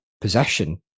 possession